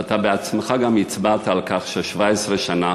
אתה בעצמך גם הצבעת על כך ש-17 שנה